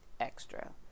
extra